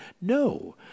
No